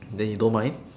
then you don't mind